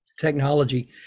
technology